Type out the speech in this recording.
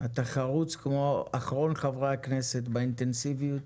אתה חרוץ כמו אחרון חברי הכנסת באינטנסיביות